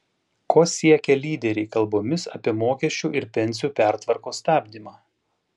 ko siekia lyderiai kalbomis apie mokesčių ir pensijų pertvarkos stabdymą